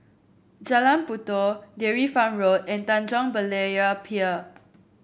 Jalan Puyoh Dairy Farm Road and Tanjong Berlayer Pier